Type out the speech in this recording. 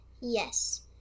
Yes